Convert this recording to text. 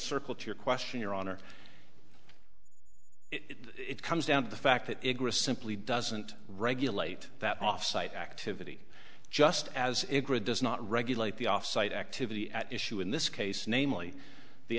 circle to your question your honor it comes down to the fact that egress simply doesn't regulate that offsite activity just as it does not regulate the off site activity at issue in this case namely the